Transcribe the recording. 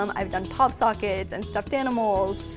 um i've done pop sockets and stuffed animals.